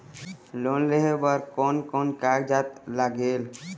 Loan लेहे बर कोन कोन कागजात लागेल?